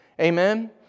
Amen